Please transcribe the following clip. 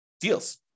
deals